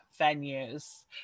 venues